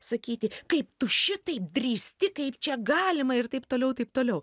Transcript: sakyti kaip tu šitaip drįsti kaip čia galima ir taip toliau taip toliau